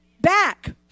back